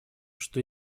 что